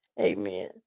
amen